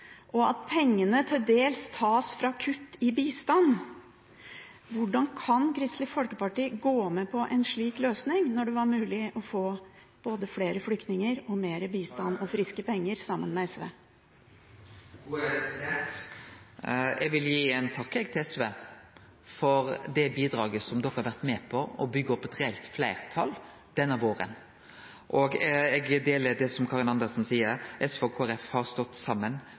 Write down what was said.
og at pengene til dels tas ved å kutte i bistand. Hvordan kan Kristelig Folkeparti gå med på en slik løsning, når det var mulig å få både flere flyktninger, mer bistand og friske penger sammen med SV? Eg vil gi ein takk til SV for det som dei har vore med på når det gjeld å byggje opp eit reelt fleirtal denne våren. Eg deler det som Karin Andersen seier: SV og Kristeleg Folkeparti har stått